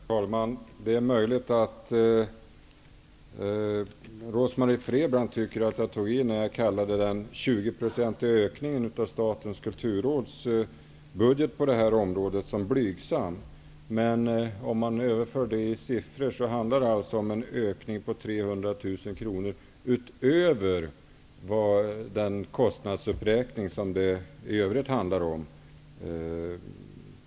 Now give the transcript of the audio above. Herr talman! Det är möjligt att Rose-Marie Frebran tycker att jag tog i när jag kallade den 20 procentiga ökningen av Statens kulturråds budget på detta område blygsam. Om man överför det i kronor så ser man att det innebär en ökning på 300 000 kr utöver den kostnadsuppräkning det i övrigt handlar om.